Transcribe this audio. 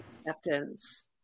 acceptance